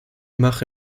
mache